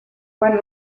quan